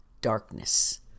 darkness